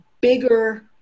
bigger